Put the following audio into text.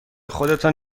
خودتان